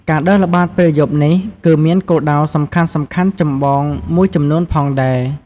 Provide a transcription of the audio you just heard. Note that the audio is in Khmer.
ការដើរល្បាតពេលយប់នេះ គឺមានគោលដៅសំខាន់ៗចម្បងមួយចំនួនផងដែរ។